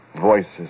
voices